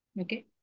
okay